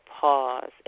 pause